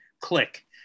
click